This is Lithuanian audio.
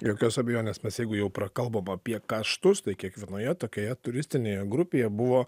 jokios abejonės jeigu jau prakalbom apie kaštus tai kiekvienoje tokioje turistinėje grupėje buvo